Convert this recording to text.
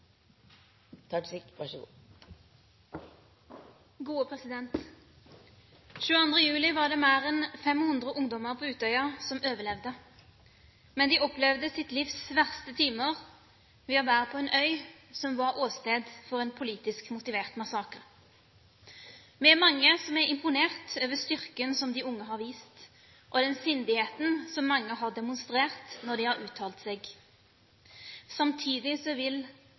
juli var det mer enn 500 ungdommer på Utøya som overlevde. Men de opplevde sitt livs verste timer, ved å være på en øy som var åsted for en politisk motivert massakre. Vi er mange som er imponert over styrken som de unge har vist, og den sindigheten som mange har demonstrert når de har uttalt seg. Samtidig vil